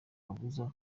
kabuza